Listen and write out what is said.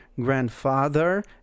grandfather